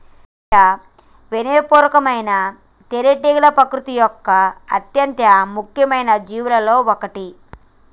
రంగయ్యా వినయ పూర్వకమైన తేనెటీగ ప్రకృతి యొక్క అత్యంత ముఖ్యమైన జీవులలో ఒకటి